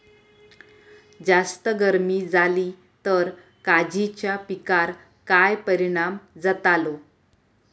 जास्त गर्मी जाली तर काजीच्या पीकार काय परिणाम जतालो?